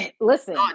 Listen